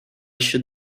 should